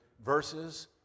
verses